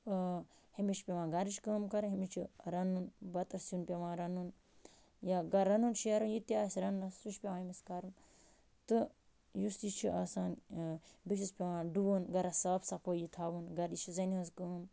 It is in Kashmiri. أمِس چھِ پٮ۪وان گَرٕچ کٲم کَرٕنۍ أمِس چھِ رَنُن بَتہٕ سیُن پٮ۪وان رَنُن یا رَنُن شٮ۪رُن یہِ تہِ آسہِ رَنٛنَس سُہ چھِ پٮ۪وان أمِس کَرُن تہٕ یُس یہِ چھِ آسان بیٚیہِ چھُس پٮ۪وان ڈُوُن گَرَس صاف صفٲیی تھاوُن گَرٕ یہِ چھِ زَنٛنہِ ہٕنٛز کٲم